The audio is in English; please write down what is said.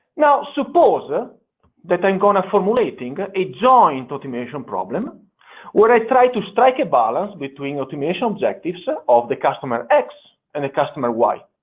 now suppose ah that and i'm formulating a joint optimization problem where i try to strike a balance between optimization objectives of the customer x and the customer y,